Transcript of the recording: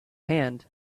hand